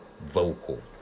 vocal